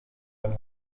eine